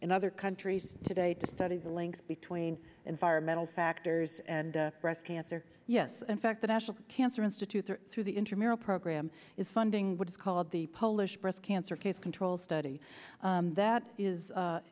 in other countries today to study the link between environmental factors and breast cancer yes in fact the national cancer institute through the intermural program is funding what is called the polish breast cancer case control study that is